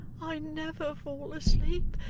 i never fall asleep,